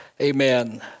amen